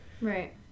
Right